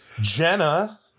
Jenna